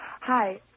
Hi